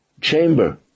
chamber